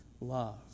love